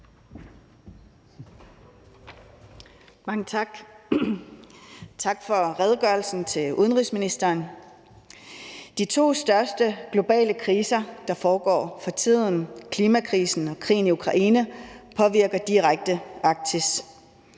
Mange tak. Tak til udenrigsministeren for redegørelsen. De to største globale kriser, der foregår for tiden, klimakrisen og krigen i Ukraine, påvirker Arktis